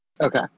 Okay